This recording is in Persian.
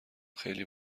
خیلی